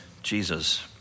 Jesus